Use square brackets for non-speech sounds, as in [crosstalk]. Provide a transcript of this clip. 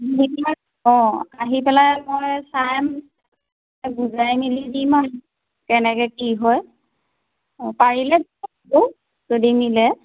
অঁ আহি পেলাই মই চাম বুজাই মেলি দিম আৰু কেনেকে কি হয় অঁ পাৰিলে [unintelligible] মিলে